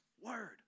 word